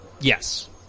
Yes